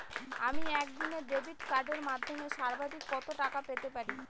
আমি একদিনে ডেবিট কার্ডের মাধ্যমে সর্বাধিক কত টাকা পেতে পারি?